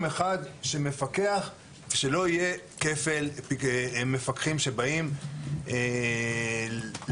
אחד שמפקח ושלא יהיה כפל מפקחים שבאים לעסקים,